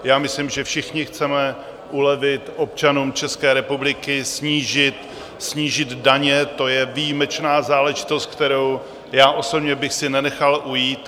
Já myslím, že všichni chceme ulevit občanům České republiky, snížit daně, to je výjimečná záležitost, kterou já osobně bych si nenechal ujít.